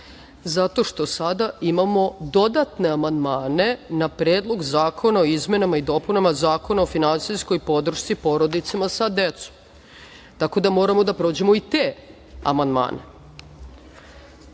zato što sada imamo dodatne amandmane na Predlog zakona o izmenama i dopunama Zakona o finansijskoj podršci porodicama sa decom, tako da moramo da prođemo i te amandmane,